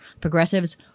progressives